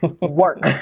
work